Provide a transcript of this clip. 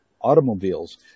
automobiles